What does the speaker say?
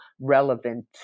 relevant